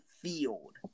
field